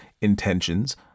intentions